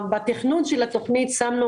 בתכנון של התכנית הזאת שמנו